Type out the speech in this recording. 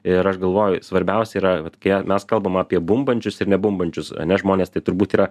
ir aš galvoju svarbiausia yra vat kai mes kalbam apie bumbančius ir nebumbančius ane žmones tai turbūt yra